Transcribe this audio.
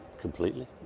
completely